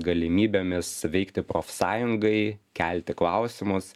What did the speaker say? galimybėmis veikti profsąjungai kelti klausimus